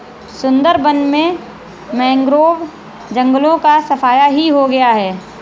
सुंदरबन में मैंग्रोव जंगलों का सफाया ही हो गया है